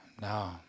no